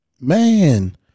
Man